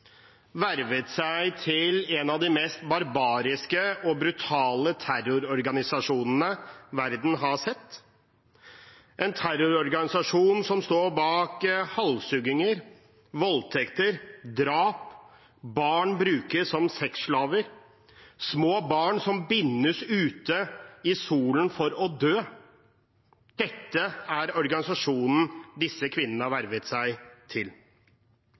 vervet seg til en av de mest barbariske og brutale terrororganisasjonene verden har sett, en terrororganisasjon som står bak halshugginger, voldtekter, drap, der barn brukes som sexslaver og små barn bindes ute i solen for å dø. Dette er organisasjonen disse kvinnene har vervet seg til.